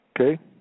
Okay